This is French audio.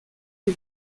les